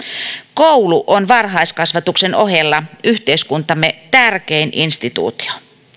koulu on varhaiskasvatuksen ohella yhteiskuntamme tärkein instituutio